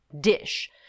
dish